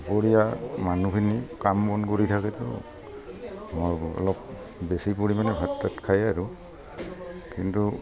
দুপৰীয়া মানুহখিনি কাম বন কৰি থাকেতো অলপ বেছি পৰিমাণে ভাত তাত খায় আৰু কিন্তু